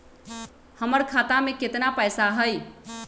हमर खाता में केतना पैसा हई?